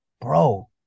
bro